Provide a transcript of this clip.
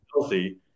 healthy